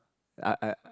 I I